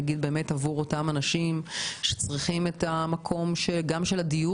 עבור אותם אנשים שצריכים דיור,